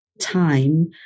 time